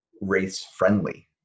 race-friendly